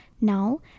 Now